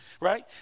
Right